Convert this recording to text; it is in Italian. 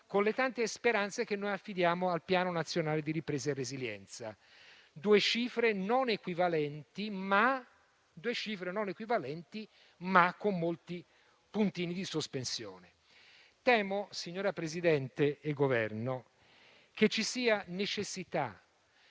con le tante speranze che affidiamo al Piano nazionale di ripresa e resilienza. Si tratta di due cifre non equivalenti, ma con molti puntini di sospensione. Temo, signora Presidente e Governo, che ci sia necessità